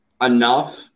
enough